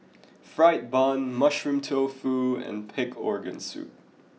Fried Bun Mushroom Tofu and pig organ soup